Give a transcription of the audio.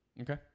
Okay